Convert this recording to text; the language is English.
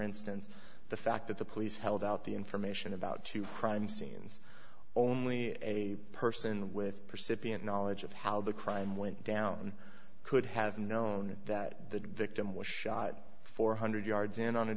instance the fact that the police held out the information about two crime scenes only a person with percipient knowledge of how the crime went down could have known that the victim was shot four hundred yards in on a